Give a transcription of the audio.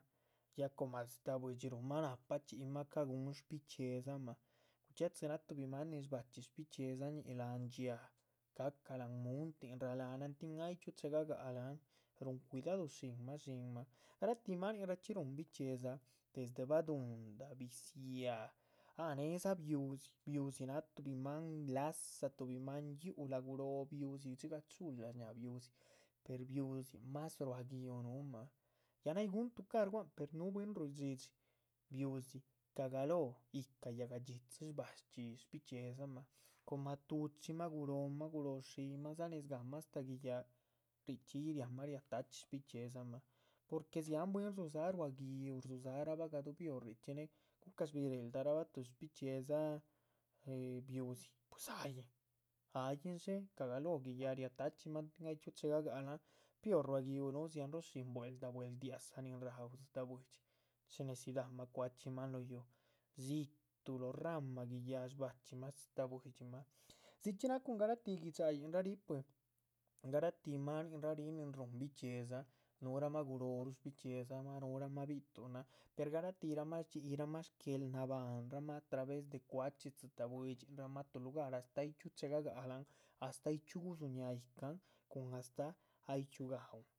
Ya coma dzitáh buidxi ruhunmah nahpa chxíyihma ca´guhun bichxíedzamah, guchxia´dzi náh tuhbi maan nin shbachxí bichxíedzañih láhan dxhía, ca´cah láhan. muntin, raláhanan nin ay chxíu chegagalahan, ruhun cuidadu shinmah dshinmah, garatih maninchxí ruhuh, bichxiedza desde baduhunda, biziáha, ah nédza biu´dzi, biu´dzi. náha tuhbi máan láza tuhbi máan yuhlah guróh biu´dzi, dxigah chula shnáha biu´dzi, per biu´dzi, mas ruá gi´uh nuhumah ya nay guhun tucar guahan per nuhu bwín. ruidhxídxi biu´dzi cagaloh yíhca yáhga dxitzi shbachxí bichxíedzamah, coma tuchimah guróhmah guróh shiyiih’ma dza nes gahma astáh guiyáha richxí yih riahma. ria ta´chxi shbichxíedzamah, porque dziahan bwín dzudzá ruá gi´uh, rdzuzárabah gaduhubi hor richxí, cucash bireheldarabah tuh shbichxíedza eh biu´dzi, pues ahyin. ahyin dxé, cagaloh giyáha ria ta´chximahn tin ay chxiú chega gac lahan, pior rua giú núh, dzian roh shín bwel´da, dzigah buel´diazah nin raú dzitáh buidxi. shí necidamah cuachxíman loho yuuh, dzituh lóho rahma guiyaha shbachxímah sdzitáh buidximah dzichxí náha cun garatih gui´dxaraa ríh pui garatih maninraa ríh, pui nin ruhun bichxíedza nuhurahma gurohru shbichxiedzaramah nuhuramah bi´tuhunan, per gara´tihrama shdxíyirahma sguel nabahnrahma, a travez de chuachxi dzitáh buidxin. rahma tuh lugar astáh ay chxíu chegagalahan astáh ay chxí gudzúh ñaa yíhcan cun astáh ay chxíu gáhun.